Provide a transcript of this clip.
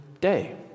day